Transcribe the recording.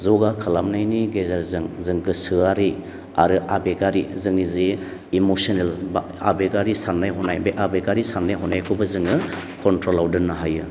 ज'गा खालामनायनि गेजेरजों जों गोसोआरि आरो आबेगारि जोंनि जि इमसनेल बा आबेगारि साननाय हनाय बे आबेगारि साननाय हनायखौबो जोङो कन्ट्र'लाव दोननो हायो